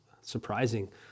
surprising